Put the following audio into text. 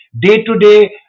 day-to-day